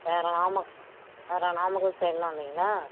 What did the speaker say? வேறு நாமக் வேறு நாமக்கல் சைட்லாம் இல்லைங்களா